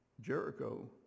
Jericho